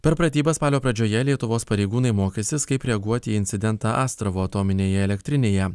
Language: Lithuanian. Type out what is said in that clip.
per pratybas spalio pradžioje lietuvos pareigūnai mokysis kaip reaguoti į incidentą astravo atominėje elektrinėje